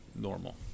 normal